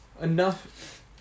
enough